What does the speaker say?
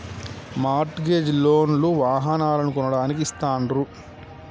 mart gauge loan లు వాహనాలను కొనడానికి ఇస్తాండ్రు